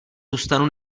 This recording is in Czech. zůstanu